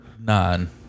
nine